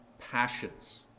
passions